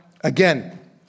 again